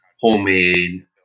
homemade